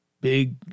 big